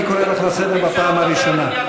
אני קורא אותך לסדר בפעם הראשונה.